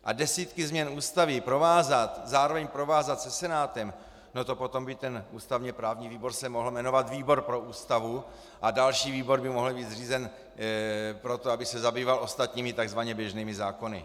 A desítky změn Ústavy provázat a zároveň je provázat se Senátem, to potom by ústavněprávní výbor se mohl jmenovat výbor pro Ústavu a další výbor by mohl být zřízen proto, aby se zabýval ostatními, tzv. běžnými zákony.